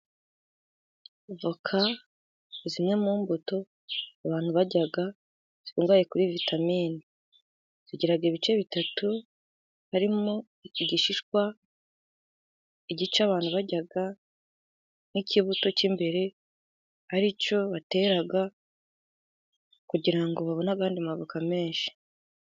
Voka zimwe mu mbuto abantu barya zikungahaye kuri vitamine, zigira ibice bitatu harimwo: iki gishishwa, igice abantu barya, n'ikibuto k'imbere ari cyo batera, kugira ngo babone izindi avoka nyinshi.